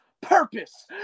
Purpose